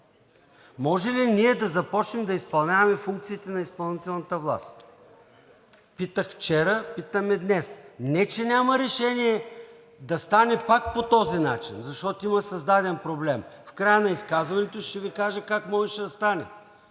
Може ли ние да започнем да изпълняваме функциите на изпълнителната власт? Питах вчера, питам и днес. Не че няма решение да стане пак по този начин, защото има създаден проблем – в края на изказването ще Ви кажа как можеше да стане,